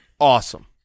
awesome